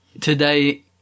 today